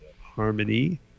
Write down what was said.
Harmony